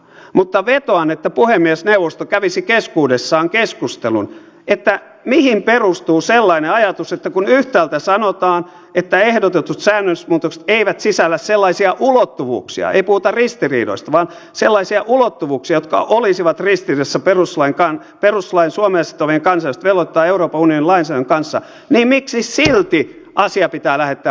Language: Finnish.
mutta vetoan että puhemiesneuvosto kävisi keskuudessaan keskustelun mihin perustuu sellainen ajatus että kun yhtäältä sanotaan että ehdotetut säännösmuutokset eivät sisällä sellaisia ulottuvuuksia ei puhuta ristiriidoista vaan sellaisia ulottuvuuksia jotka olisivat ristiriidassa perustuslain suomea sitovien kansainvälisten velvoitteiden tai euroopan unionin lainsäädännön kanssa niin miksi silti asia pitää lähettää perustuslakivaliokuntaan